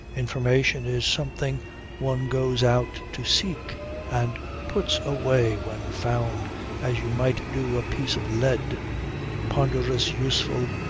information is something one goes out to seek and puts away when found as you might do a piece of lead ponderous, useful,